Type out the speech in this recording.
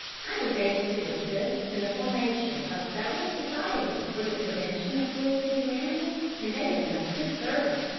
i was able to assist in the formation of several societies for the prevention of cruelty to animals, and they have done good service.